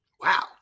Wow